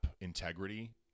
integrity